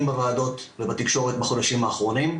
בוועדות ובתקשורת בחודשים האחרונים,